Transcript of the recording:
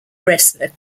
wrestler